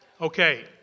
okay